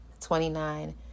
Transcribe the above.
Twenty-nine